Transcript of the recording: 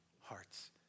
hearts